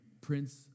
Prince